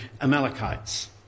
Amalekites